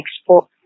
export